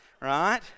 right